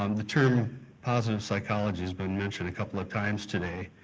um the term positive psychology has been mentioned a couple of times today,